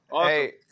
Hey